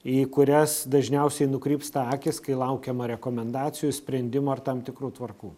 į kurias dažniausiai nukrypsta akys kai laukiama rekomendacijų sprendimų ar tam tikrų tvarkų